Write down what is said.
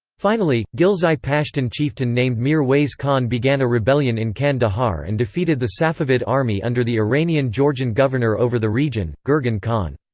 finally, ghilzai pashtun chieftain named mir wais khan began a rebellion in kandahar and defeated the safavid army under the iranian georgian governor over the region, gurgin khan.